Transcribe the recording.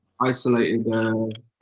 isolated